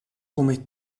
come